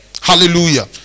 hallelujah